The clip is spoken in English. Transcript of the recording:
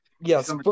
Yes